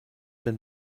been